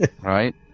right